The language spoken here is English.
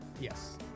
yes